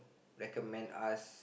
recommend us